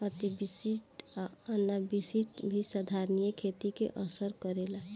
अतिवृष्टि आ अनावृष्टि भी संधारनीय खेती के असर करेला